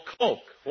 coke